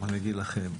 מה אגיד לכם,